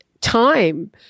time